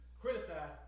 criticize